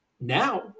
Now